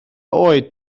oed